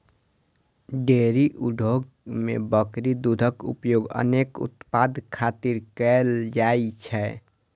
dairy उद्योग मे बकरी दूधक उपयोग अनेक उत्पाद खातिर कैल जाइ छै